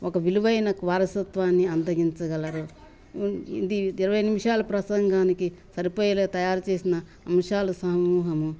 ఒక విలువైన వారసత్వాన్ని అందగించగలరు ఇది ఇరవై నిమిషాల ప్రసంగానికి సరిపోయేలా తయారు చేసిన అంశాల సమూహము